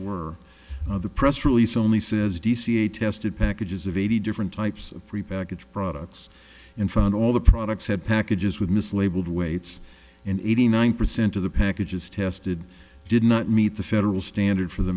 were the press release only says dca tested packages of eighty different types of prepackaged products and found all the products had packages with mislabeled weights and eighty nine percent of the packages tested did not meet the federal standard for the